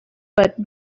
but